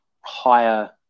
higher